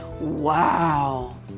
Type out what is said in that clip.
Wow